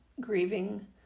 grieving